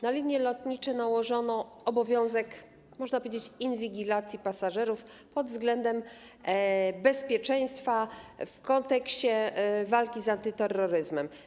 Na linie lotnicze nałożono obowiązek, można powiedzieć, inwigilacji pasażerów pod względem bezpieczeństwa w kontekście walki z terroryzmem.